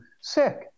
sick